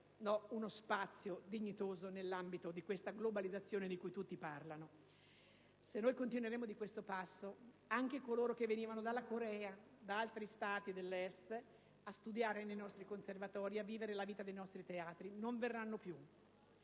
uno spazio dignitoso nell'ambito della globalizzazione di cui tutti parlano. Se continueremo di questo passo anche coloro che venivano dalla Corea o da altri Stati dell'Est a studiare nei nostri conservatori, a vivere la vita dei nostri teatri non verranno più.